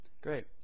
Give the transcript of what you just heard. great